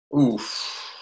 Oof